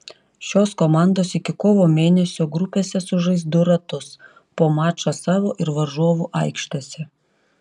šios komandos iki kovo mėnesio grupėse sužais du ratus po mačą savo ir varžovų aikštėse